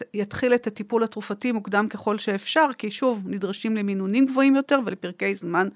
י-יתחיל את הטיפול התרופתי מוקדם ככל שאפשר, כי שוב, נדרשים למינונים גבוהים יותר, ולפרקי זמן